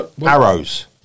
Arrows